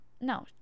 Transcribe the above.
no